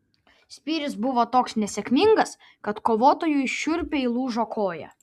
spyris buvo toks nesėkmingas kad kovotojui šiurpiai lūžo koją